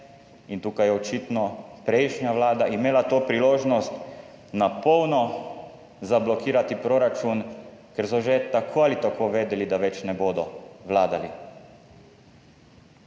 in tukaj je očitno prejšnja vlada imela to priložnost, na polno zablokirati proračun, ker so že tako ali tako vedeli, da več ne bodo vladali.